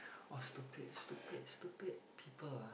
what stupid stupid stupid people ah